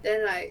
then like